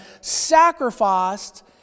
sacrificed